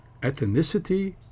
ethnicity